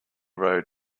road